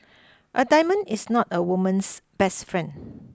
a diamond is not a woman's best friend